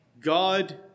God